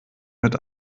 mit